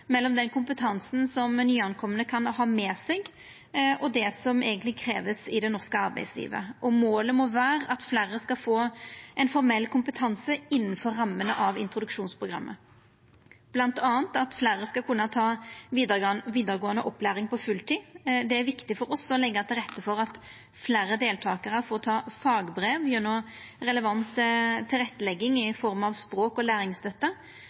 mellom den kompetansen som nykomne kan ha med seg, og det som eigentleg vert kravd i det norske arbeidslivet. Målet må vera at fleire skal få ein formell kompetanse innanfor rammene av introduksjonsprogrammet, bl.a. at fleire skal kunna ta vidaregåande opplæring på fulltid. Det er viktig for oss å leggja til rette for at fleire deltakarar får ta fagbrev gjennom relevant tilrettelegging i form av språk- og læringsstøtte.